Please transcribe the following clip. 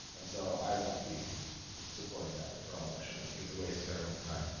and so i won't be supporting that referral motion. i think it's a waste of everyone's time.